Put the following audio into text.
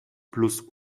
plus